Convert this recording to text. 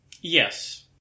Yes